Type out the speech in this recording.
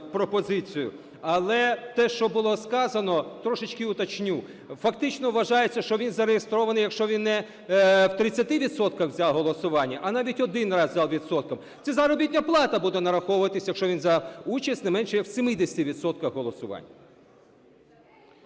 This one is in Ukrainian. Але те, що було сказано, трошечки уточню. Фактично вважається, що він зареєстрований, якщо він не в 30 відсотках взяв у голосуванні, а навіть один раз за відсотком. Це заробітна плата буде нараховуватися, якщо він взяв участь не менше як в 70 відсотках